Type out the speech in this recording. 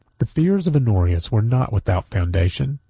the fears of honorius were not without foundation,